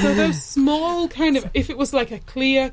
those small kind of if it was like a clear